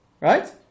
Right